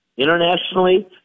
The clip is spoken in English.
internationally